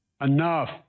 Enough